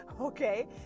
okay